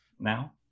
now